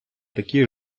такі